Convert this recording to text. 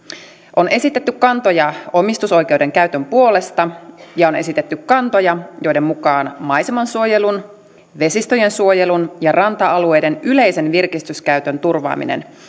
on esitetty kantoja omistusoikeuden käytön puolesta ja on esitetty kantoja joiden mukaan maisemansuojelun vesistöjensuojelun ja ranta alueiden yleisen virkistyskäytön turvaaminen